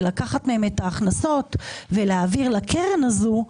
לקחת מהם את ההכנסות ולהעביר לקרן הזאת,